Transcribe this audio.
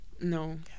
No